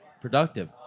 productive